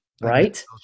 Right